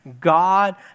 God